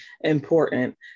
important